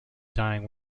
dying